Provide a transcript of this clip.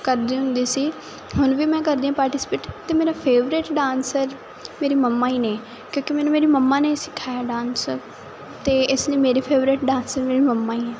ਕਰਦੇ ਹੁੰਦੀ ਸੀ ਹੁਣ ਵੀ ਮੈਂ ਕਰਦੀ ਆ ਪਾਰਟੀਸਪੇਟ ਤੇ ਮੇਰਾ ਫੇਵਰੇਟ ਡਾਂਸਰ ਮੇਰੀ ਮਮਾ ਹੀ ਨੇ ਕਿਉਂਕਿ ਮੈਨੂੰ ਮੇਰੀ ਮਮਾ ਨੇ ਹੀ ਸਿਖਾਇਆ ਡਾਂਸ ਤੇ ਇਸ ਲਈ ਮੇਰੀ ਫੇਵਰੇਟ ਡਾਂਸ ਮਮਾ ਹੀ ਹੈ